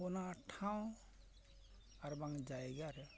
ᱚᱱᱟ ᱴᱷᱟᱶ ᱟᱨ ᱵᱟᱝ ᱡᱟᱭᱜᱟ ᱨᱮ